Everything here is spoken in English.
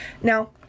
now